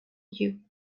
you